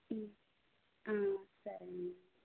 సరే అండి